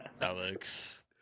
Alex